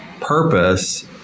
purpose